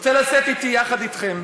יחד אתכם,